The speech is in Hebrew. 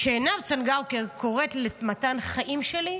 כשעינב צנגאוקר קוראת למתן "חיים שלי",